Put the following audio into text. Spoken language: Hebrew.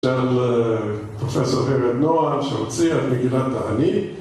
של פרופסור הרבין נוער שהוציא את מגילת העני